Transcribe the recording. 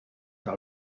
wel